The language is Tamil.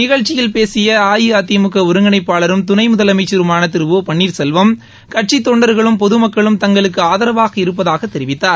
நிகழ்ச்சியில் பேசிய அஇஅதிமுக ஒருங்கிணைப்பாளரும் துணை முதலமைச்சருமான திரு ஒ பன்னீர்செல்வம் கட்சித் தொண்டர்களும் பொதுமக்களும் தங்களுக்கு ஆதரவாக இருப்பதாகத் தெரிவித்தார்